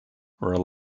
rely